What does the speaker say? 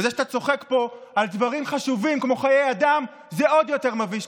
וזה שאתה צוחק פה על דברים חשובים כמו חיי אדם זה עוד יותר מביש.